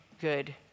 good